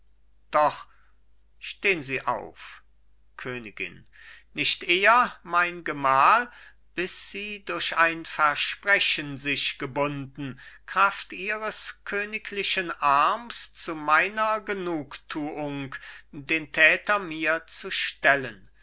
doch stehn sie auf königin nicht eher mein gemahl bis sie durch ein versprechen sich gebunden kraft ihres königlichen arms zu meiner genugtuung den täter mir zu stellen